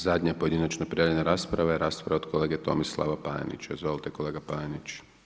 Zadnja pojedinačna prijavljena rasprava, je rasprava od kolege Tomislava Panenića, izvolite kolega Panenenić.